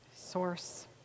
source